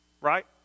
right